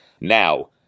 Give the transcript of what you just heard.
now